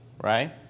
right